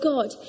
God